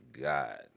God